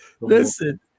Listen